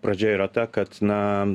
pradžia yra ta kad na